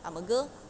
I'm a girl